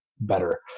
better